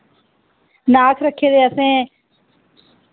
नाख रक्खे दे असें